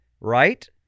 right